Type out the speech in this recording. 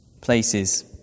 Places